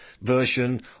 version